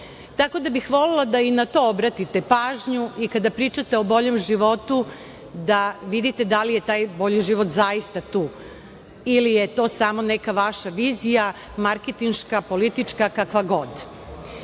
Tako da bih volela da i na to obratite pažnju i kada pričate o boljem životu da vidite da li je taj bolji život zaista tu ili je to samo neka vaša vizija, marketinška, politička, kakva